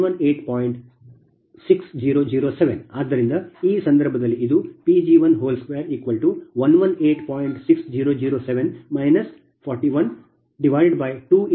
6007 ಆದ್ದರಿಂದ ಈ ಸಂದರ್ಭದಲ್ಲಿ ಇದು Pg1118